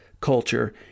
culture